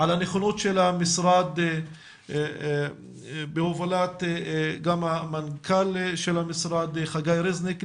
על הנכונות של המשרד בהובלת המנכ"ל של המשרד חגי רזניק,